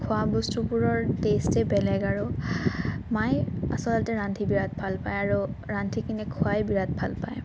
খোৱা বস্তুবোৰৰ টেষ্টেই বেলেগ আৰু মাই আচলতে ৰান্ধি বিৰাট ভাল পায় আৰু ৰান্ধি কিনে খুৱাই বিৰাট ভাল পায়